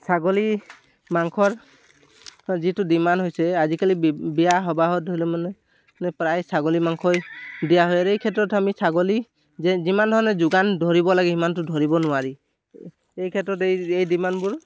ছাগলী মাংসৰ যিটো ডিমাণ্ড হৈছে আজিকালি বিয়া সবাহত হ'লে মানে প্ৰায় ছাগলী মাংসই দিয়া হয় এই ক্ষেত্ৰত আমি ছাগলী যে যিমান ধৰণে যোগান ধৰিব লাগে সিমানটো ধৰিব নোৱাৰি এই ক্ষেত্ৰত এই এই ডিমাণ্ডবোৰ